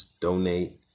donate